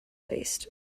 faced